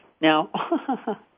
Now